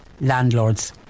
landlords